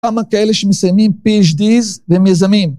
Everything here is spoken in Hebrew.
כמה כאלה שמסיימים פי-אייג'-דיז ומיזמים